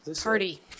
party